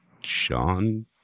Sean